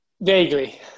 vaguely